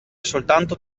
soltanto